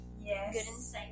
yes